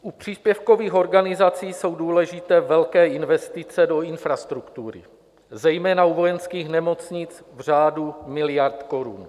U příspěvkových organizací jsou důležité velké investice do infrastruktury, zejména u vojenských nemocnic v řádu miliard korun.